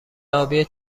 آبی